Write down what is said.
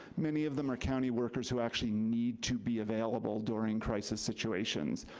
many of them are county workers who actually need to be available during crisis situations.